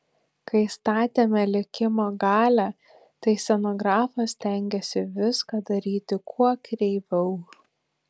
kai statėme likimo galią tai scenografas stengėsi viską daryti kuo kreiviau